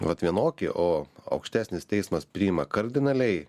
vat vienokį o aukštesnis teismas priima kardinaliai